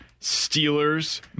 Steelers